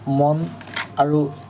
মন আৰু